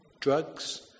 drugs